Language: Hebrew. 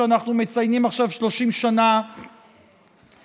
שאנחנו מציינים עכשיו 30 שנה לחקיקתו,